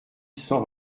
cent